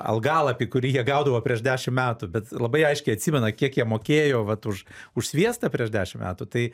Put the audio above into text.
algalapį kurį jie gaudavo prieš dešim metų bet labai aiškiai atsimena kiek jie mokėjo vat už už sviestą prieš dešim metų tai